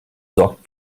sorgt